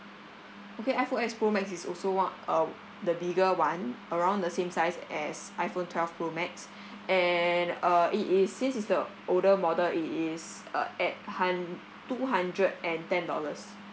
okay iphone X pro max is also one uh the bigger one around the same size as iphone twelve pro max and uh it is since it's the older model it is a at hun~ two hundred and ten dollars